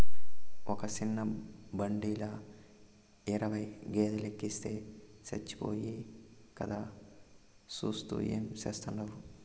ఒక సిన్న బండిల ఇరవై గేదేలెనెక్కిస్తే సచ్చిపోతాయి కదా, సూత్తూ ఏం చేస్తాండావు